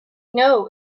know